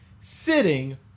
sitting